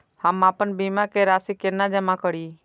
हम आपन बीमा के राशि केना जमा करिए?